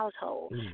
household